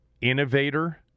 innovator